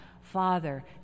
Father